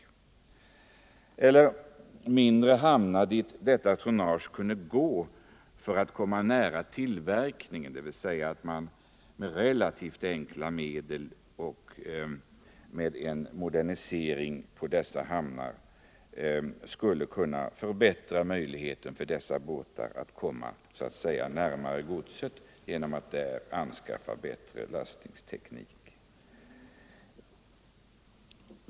Slutligen tänker jag också på mindre hamnar, dit detta tonnage kunde gå för att komma nära tillverkningen och där man med relativt enkla medel och med någon modernisering av hamnarna kan förbättra möjligheterna för de mindre fartygen att komma närmare godset genom införande av mera passande lastningsteknik.